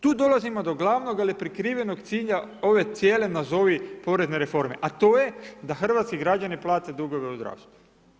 Tu dolazimo do glavnog ali prikrivenog cilja ove cijele nazovi porezne reforme a to je da hrvatski građani plate dugove u zdravstvu.